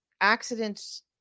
accidents